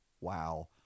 Wow